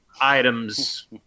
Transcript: items